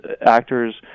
actors